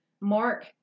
Mark